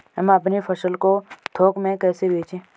हम अपनी फसल को थोक में कैसे बेचें?